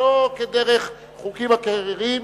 שלא כדרך חוקים אחרים,